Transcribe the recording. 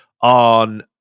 on